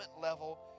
level